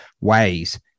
ways